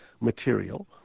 material